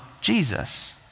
Jesus